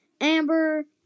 Amber